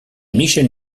michel